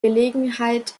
gelegenheit